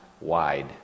wide